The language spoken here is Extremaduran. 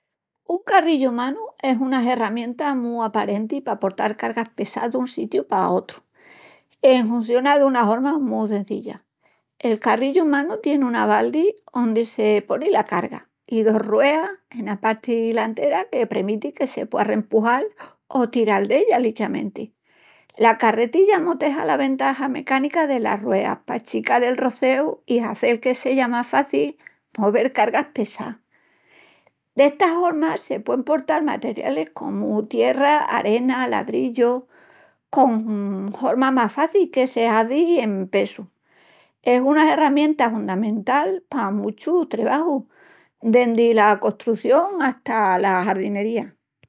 Un carrillu manu es una herramienta mu aparenti pa portal cargas pessás dun sítiu pa otru. Enhunciona duna horma mu cenzilla. El carrillu manu tie una baldi ondi se poni la carga, i dos rueas ena parti lantera que premiti que se puea arrempujal o tiral d'ella liquiamenti. La carretilla amoteja la ventaja mecánica delas ruéas pa achical el roceu i hazel que seya más faci movel cargas pesás. D'esta horma, se puen portal materialis comu tierra, arena, ladrillus, con horma más faci que si se hazi en pesu. Es una herramienta hundamental pa muchus trebajus, dendi la costrución ata la jardinería.